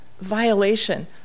violation